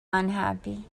unhappy